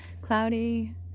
cloudy